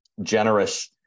generous